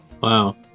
Wow